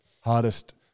hardest